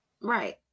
right